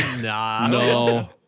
no